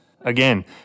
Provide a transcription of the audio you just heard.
Again